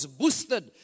boosted